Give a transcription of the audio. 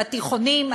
בתיכונים,